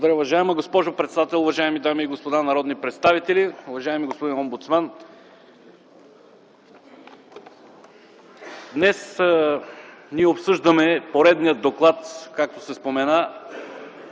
Благодаря. Уважаема госпожо председател, уважаеми дами и господа народни представители, уважаеми господин омбудсман! Днес ние обсъждаме поредния доклад, както се спомена,